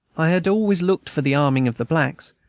i had always looked for the arming of the blacks,